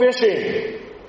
fishing